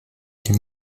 die